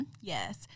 Yes